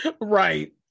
Right